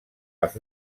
els